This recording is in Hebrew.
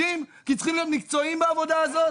כי צריכים להיות מקצועיים בעבודה הזאת?